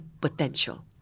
potential